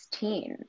16